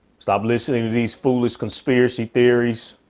stop listening to these foolish conspiracy theories.